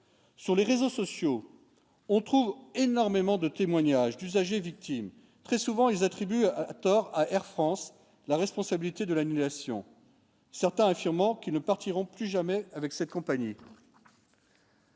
Sur les réseaux sociaux, on trouve énormément de témoignages d'usagers victimes très souvent ils attribuent à tort à Air France la responsabilité de l'annulation, certains affirmant qu'ils ne partiront plus jamais avec cette compagnie.